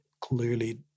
clearly